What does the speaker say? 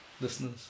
listeners